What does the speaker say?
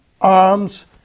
arms